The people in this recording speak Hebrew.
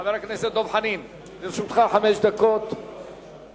חבר הכנסת דב חנין, לרשותך חמש דקות להסתייג.